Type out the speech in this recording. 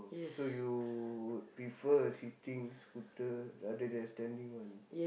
so you prefer sitting scooter rather than standing one